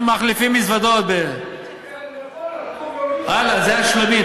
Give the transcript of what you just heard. הם מחליפים מזוודות, הלאה, זה השלמים.